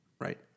Right